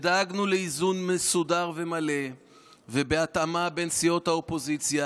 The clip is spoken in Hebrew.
דאגנו לאיזון מסודר ומלא ובהתאמה בין סיעות האופוזיציה,